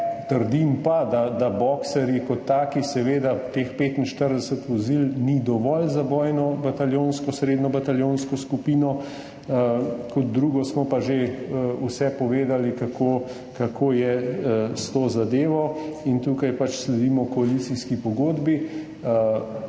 Trdim pa, da boxerji kot taki, seveda teh 45 vozil ni dovolj za srednjo bojno bataljonsko skupino. Kot drugo smo pa že vse povedali, kako je s to zadevo. In tukaj sledimo koalicijski pogodbi.